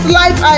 life